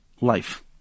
life